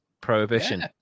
Prohibition